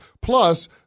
Plus